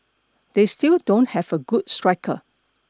they still don't have a good striker